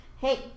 hey